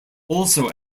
also